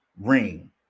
ring